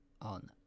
on